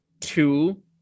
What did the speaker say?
two